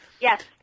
Yes